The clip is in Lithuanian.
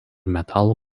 metalų